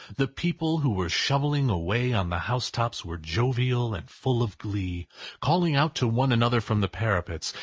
the people who were shovelling away on the housetops were jovial and full of glee calling out to one another from the parapets,